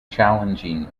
challenging